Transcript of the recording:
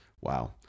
Wow